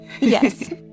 yes